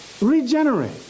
Regenerate